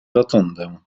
rotundę